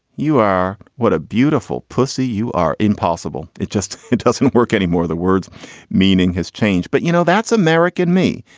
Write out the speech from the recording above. you are what a beautiful pussy you are. impossible. it just it doesn't work anymore. the word's meaning has changed. but, you know, that's american me,